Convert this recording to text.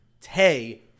Tay